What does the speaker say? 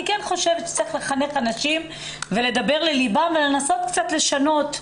אני כן חושבת שצריך לחנך אנשים ולדבר ללבם ולנסות לשנות קצת.